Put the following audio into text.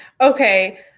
Okay